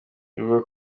bivugwa